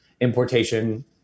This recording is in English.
importation